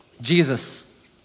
Jesus